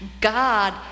God